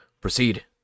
Proceed